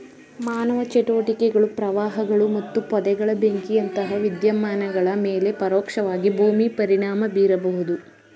ಮಾನವ ಚಟುವಟಿಕೆಗಳು ಪ್ರವಾಹಗಳು ಮತ್ತು ಪೊದೆಗಳ ಬೆಂಕಿಯಂತಹ ವಿದ್ಯಮಾನಗಳ ಮೇಲೆ ಪರೋಕ್ಷವಾಗಿ ಭೂಮಿ ಪರಿಣಾಮ ಬೀರಬಹುದು